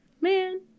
man